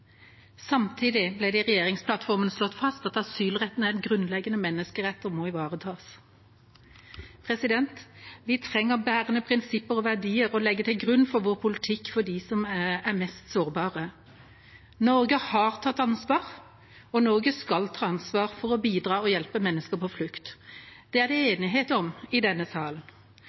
Samtidig ble det i regjeringsplattformen slått fast at asylretten er en grunnleggende menneskerett og må ivaretas. Vi trenger bærende prinsipper og verdier å legge til grunn for vår politikk for dem som er mest sårbare. Norge har tatt ansvar, og Norge skal ta ansvar for å bidra og hjelpe mennesker på flukt. Det er det enighet om i denne salen,